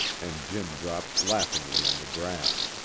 and jim dropped laughingly on the grass.